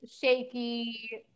shaky